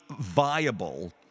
viable